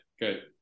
good